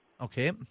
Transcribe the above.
Okay